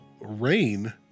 rain